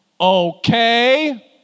Okay